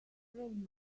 frame